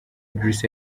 idris